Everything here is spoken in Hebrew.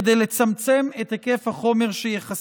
כדי לצמצם את היקף החומר שייחשף.